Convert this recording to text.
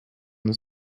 this